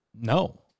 No